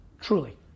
Truly